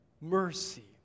mercy